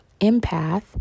empath